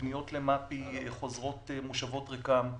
פניות למפ"י חוזרות מושבות ריקם.